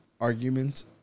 argument